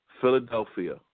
philadelphia